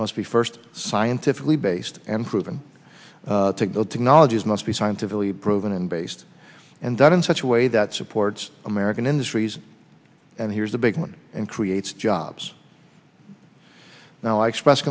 must be first scientifically based and proven technologies must be scientifically proven and based and done in such a way that supports american industries and here's a big one and creates jobs now expressed